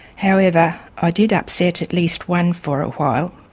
however, i did upset at least one for a while.